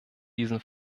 diesem